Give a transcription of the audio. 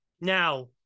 Now